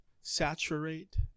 saturate